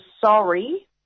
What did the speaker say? sorry